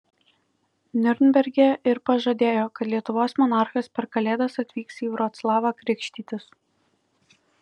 niurnberge ir pažadėjo kad lietuvos monarchas per kalėdas atvyks į vroclavą krikštytis